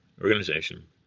organization